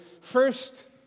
first